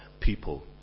people